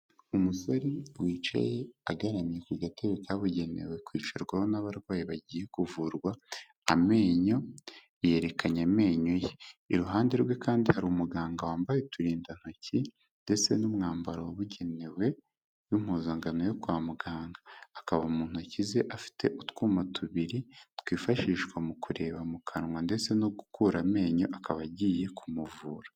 Umusore wicaye agaramye ku gatebe kabugenewe kwicarwaho n'abarwayi bagiye kuvurwa amenyo yerekanye amenyo ye, iruhande rwe kandi hari umuganga wambaye uturindantoki ndetse n'umwambaro wabugenewe w'impuzangano yo kwa muganga, akaba mu ntoki ze afite utwuma tubiri twifashishwa mu kureba mu kanwa ndetse no gukura amenyo akaba agiye kumuvura.